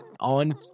on